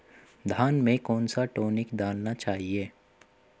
धान में कौन सा टॉनिक डालना चाहिए?